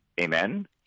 Amen